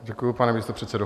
Děkuju, pane místopředsedo.